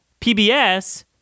PBS